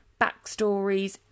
backstories